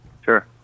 Sure